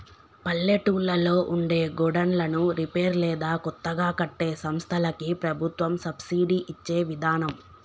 పల్లెటూళ్లలో ఉండే గోడన్లను రిపేర్ లేదా కొత్తగా కట్టే సంస్థలకి ప్రభుత్వం సబ్సిడి ఇచ్చే విదానం